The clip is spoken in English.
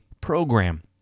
program